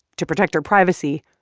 to protect her privacy,